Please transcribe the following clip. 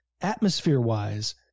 atmosphere-wise